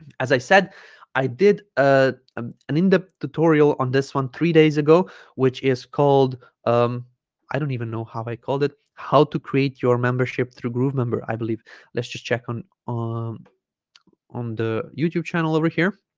as i said i did ah um an in-depth tutorial on this one three days ago which is called um i don't even know how i called it how to create your membership through groovemember i believe let's just check on um on the youtube channel over here